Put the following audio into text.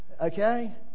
okay